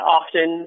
often